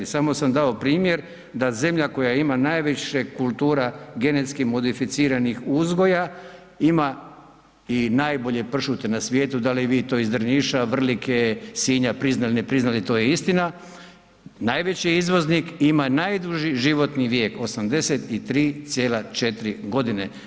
Samo sam dao primjer da zemlja koja ima najviše kultura genetski modificiranih uzgoja ima i najbolje pršute na svijetu da li vi to iz Drniša, Vrlike, Sinja priznali ili ne priznali to je istina, najveći je izvoznik i ima najduži životni vijek 83,4 godine.